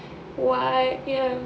what ya